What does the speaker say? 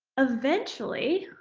eventually,